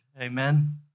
Amen